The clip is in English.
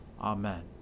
Amen